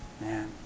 Man